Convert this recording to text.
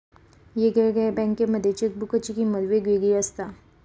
येगयेगळ्या बँकांमध्ये चेकबुकाची किमंत येगयेगळी असता